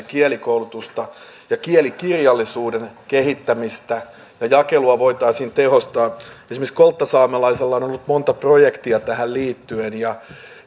kielikoulutusta ja kielikirjallisuuden kehittämistä ja jakelua voitaisiin tehostaa esimerkiksi kolttasaamelaisilla on on ollut monta projektia tähän liittyen ja